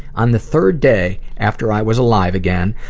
on the third day, after i was alive again,